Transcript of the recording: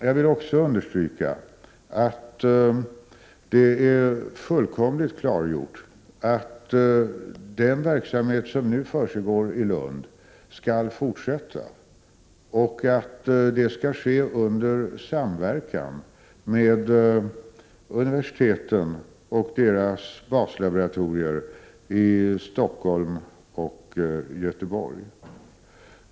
Jag vill också understryka att det är fullkomligt klargjort att den verksamhet som nu försiggår i Lund skall fortsätta och skall ske under samverkan med universiteten och deras baslaboratorier i Stockholm och Göteborg.